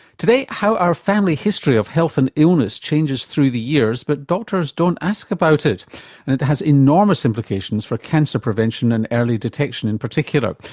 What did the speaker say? how our family history of health and illness changes through the years but doctors don't ask about it. and it has enormous implications for cancer prevention and early detection in particular.